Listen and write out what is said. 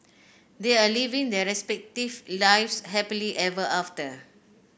they are living their respective lives happily ever after